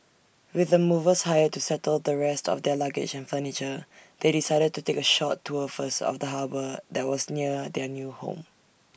with the movers hired to settle the rest of their luggage and furniture they decided to take A short tour first of the harbour that was near their new home